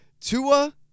Tua